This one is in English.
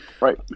Right